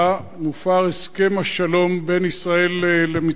מופר הסכם השלום בין ישראל למצרים.